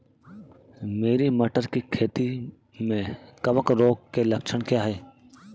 मेरी मटर की खेती में कवक रोग के लक्षण क्या हैं?